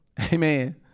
Amen